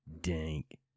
dank